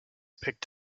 picked